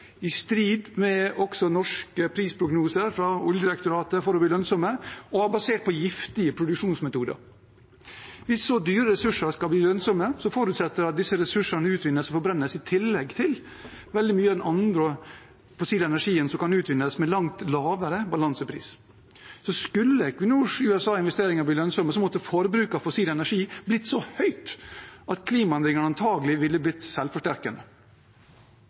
i strid med norske prisprognoser fra Oljedirektoratet for å bli lønnsomme – og var basert på giftige produksjonsmetoder. Hvis så dyre ressurser skal bli lønnsomme, forutsetter det at disse ressursene utvinnes og forbrennes, i tillegg til veldig mye av den andre fossile energien som kan utvinnes med langt lavere balansepris. Skulle Equinors USA-investeringer bli lønnsomme, måtte forbruket av fossil energi blitt så høyt at klimaendringene antagelig ville blitt